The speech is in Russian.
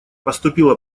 поступила